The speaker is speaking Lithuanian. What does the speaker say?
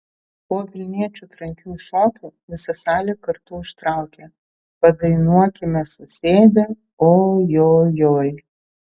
po vilniečių trankių šokių visa salė kartu užtraukė padainuokime susėdę o jo joj